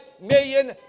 million